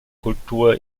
kultur